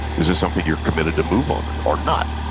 is it something you're committed to move on or or not?